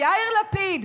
יאיר לפיד,